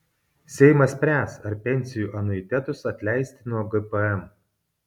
seimas spręs ar pensijų anuitetus atleisti nuo gpm